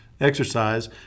exercise